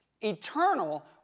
Eternal